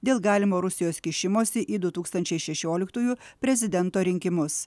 dėl galimo rusijos kišimosi į du tūkstančiai šešioliktųjų prezidento rinkimus